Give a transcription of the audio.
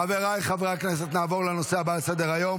חבריי חברי הכנסת, נעבור לנושא הבא על סדר היום,